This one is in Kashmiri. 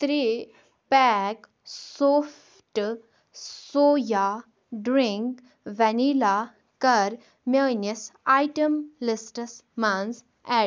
ترٛےٚ pack soft soya drink vanilla کَر میٲنِس آیٹم لسٹَس منٛز اٮ۪ڈ